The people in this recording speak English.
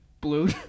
blue